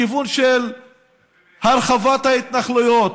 בכיוון של הרחבת ההתנחלויות,